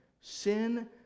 sin